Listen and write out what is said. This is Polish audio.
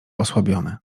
osłabiony